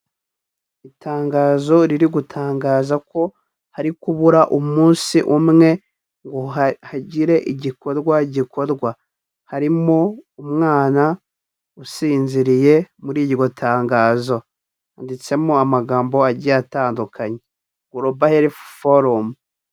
Itangazo riri gutangaza ko hari kubura umunsi umwe ngo hagire igikorwa gikorwa. Harimo umwana usinziriye muri iryo tangazo. Handitsemo amagambo agiye atandukanye. Grobal Health Forum.